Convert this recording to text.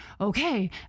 Okay